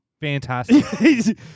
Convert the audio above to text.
Fantastic